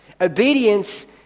Obedience